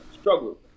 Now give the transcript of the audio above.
struggle